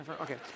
Okay